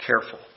careful